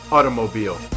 Automobile